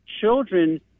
children